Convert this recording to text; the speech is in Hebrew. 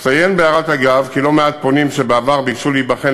אציין בהערת אגב כי לא מעט פונים שבעבר ביקשו להיבחן